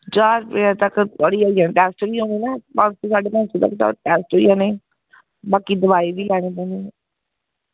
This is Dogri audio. ज्हार रपेऽ तक होई जाने टैस्ट बी होनें ना पंज सौ साड्ढे पंज सौ तक टैस्ट होई जाने बाकी दोआई बी लैनी पौनी